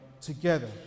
together